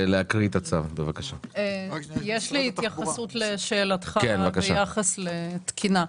יש לי התייחסות ביחס לתקינה.